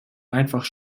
einfach